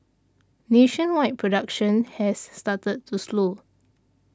nationwide production has started to slow